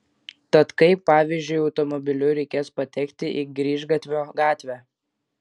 tad kaip pavyzdžiui automobiliu reikės patekti į grįžgatvio gatvę